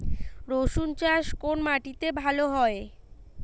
রুসুন চাষ কোন মাটিতে ভালো হয়?